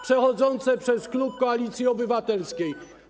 przechodzące przez klub Koalicji Obywatelskiej.